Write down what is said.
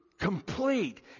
complete